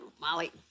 Molly